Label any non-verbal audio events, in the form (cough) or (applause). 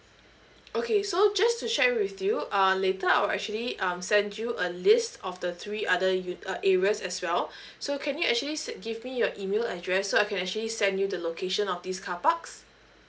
okay so just to share with you uh later I'll actually um send you a list of the three other u~ uh areas as well (breath) so can you actually si~ give me your email address so I can actually send you the location of this carparks